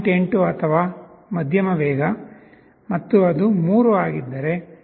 8 ಅಥವಾ ಮಧ್ಯಮ ವೇಗ ಮತ್ತು ಅದು 3 ಆಗಿದ್ದರೆ ಅದು 0